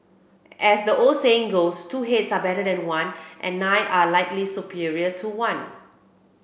as the old saying goes two heads are better than one and nine are likely superior to one